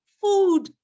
Food